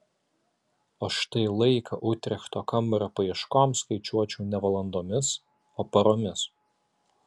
o štai laiką utrechto kambario paieškoms skaičiuočiau ne valandomis o paromis